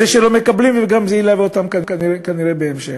והיא גם תלווה אותם כנראה בהמשך.